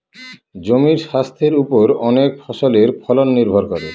জমির স্বাস্থের ওপর অনেক ফসলের ফলন নির্ভর করে